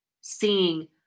seeing